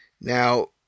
Now